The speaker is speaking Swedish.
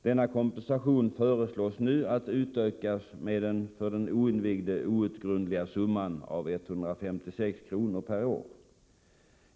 Denna kompensation föreslås nu bli utökad med den för den oinvigde outgrundliga summan av 156 kr. per år.